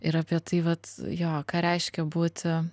ir apie tai vat jo ką reiškia būti